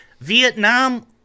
Vietnam